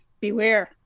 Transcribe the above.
beware